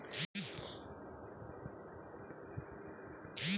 बंधपत्र बाज़ार वित्तीय बाज़ार का एक हिस्सा है